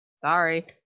sorry